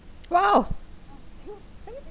!wow!